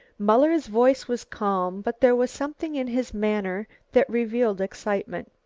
muller's voice was calm, but there was something in his manner that revealed excitement.